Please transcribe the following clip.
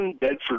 Bedford